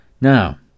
Now